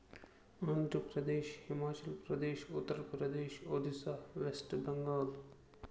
Andhra Pradesh Himachal Pradesh Uttar Pradesh Odisha West Bengal